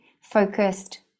focused